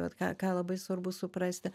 vat ką ką labai svarbu suprasti